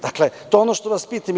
Dakle, to je ono što nas pitaju.